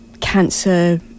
cancer